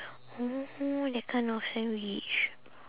orh that kind of sandwich